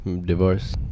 Divorce